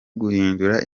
guhindura